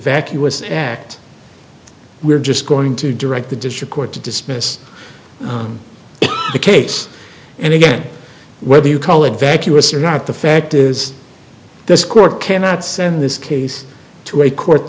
vacuous act we're just going to direct the district court to dismiss the case and again whether you call it vacuous or not the fact is this court cannot send this case to a court